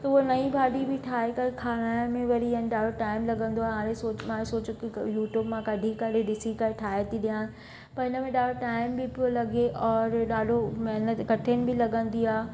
त उहो नई भाॼी बि ठाहे करे खाराइण में बढ़िया आहिनि ॾाढो टाइम लॻंदो आहे हाणे सोच हाणे सोचो की यूट्यूब मां कढी करे ॾिसी करे ठाहे थी ॾिआ पर इनमें ॾाढो टाइम बि पियो लॻे और ॾाढो महिनतु कठिन बि लॻंदी आहे